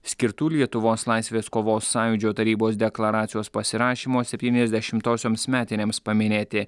skirtų lietuvos laisvės kovos sąjūdžio tarybos deklaracijos pasirašymo septyniasdešimtosioms metinėms paminėti